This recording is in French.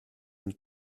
nous